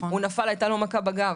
הוא נפל, הייתה לו מכה בגב.